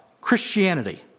Christianity